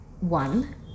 One